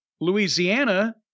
Louisiana